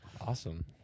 Awesome